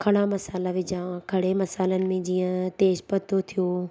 खड़ा मसाला विझां खड़े मसालनि में जीअं तेज़ु पतो थियो